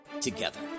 together